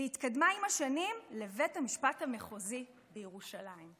והתקדמה עם השנים לבית המשפט המחוזי בירושלים.